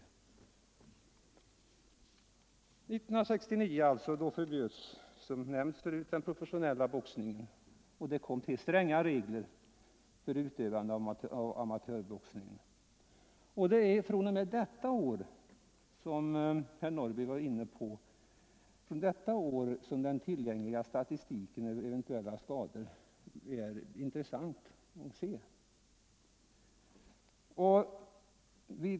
1969 förbjöds, som förut nämnts, den professionella boxningen, och det kom till stränga regler för utövande av amatörboxning. Det är — såsom herr Norrby var inne på — fr.o.m. detta år som den tillgängliga statistiken över eventuella skador är intressant.